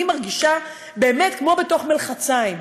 אני מרגישה באמת כמו בתוך מלחציים,